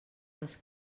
les